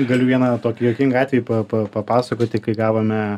galiu vieną tokį juokingą atvejį pa pa papasakoti kai gavome